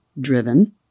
driven